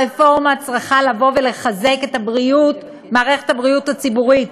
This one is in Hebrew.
הרפורמה צריכה לחזק את מערכת הבריאות הציבורית.